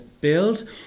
build